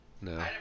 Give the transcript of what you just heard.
No